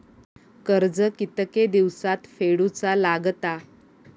कर्ज कितके दिवसात फेडूचा लागता?